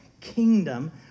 kingdom